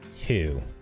Two